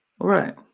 Right